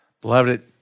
Beloved